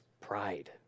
pride